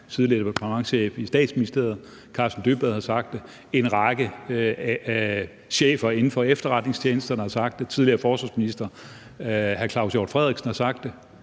tidligere departementschef i Statsministeriet Karsten Dybvad har sagt det. En række chefer inden for efterretningstjenesterne har sagt det. Den tidligere forsvarsminister Claus Hjort Frederiksen har sagt det.